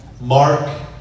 Mark